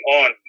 on